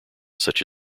such